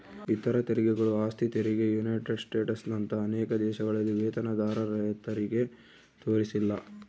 ಇತರ ತೆರಿಗೆಗಳು ಆಸ್ತಿ ತೆರಿಗೆ ಯುನೈಟೆಡ್ ಸ್ಟೇಟ್ಸ್ನಂತ ಅನೇಕ ದೇಶಗಳಲ್ಲಿ ವೇತನದಾರರತೆರಿಗೆ ತೋರಿಸಿಲ್ಲ